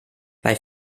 bei